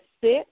sit